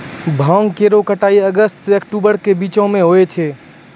भांग केरो कटाई अगस्त सें अक्टूबर के बीचो म होय छै